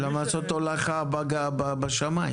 למה לעשות הולכה בשמים?